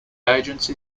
agency